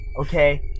okay